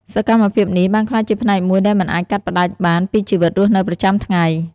សកម្មភាពនេះបានក្លាយជាផ្នែកមួយដែលមិនអាចកាត់ផ្ដាច់បានពីជីវិតរស់នៅប្រចាំថ្ងៃ។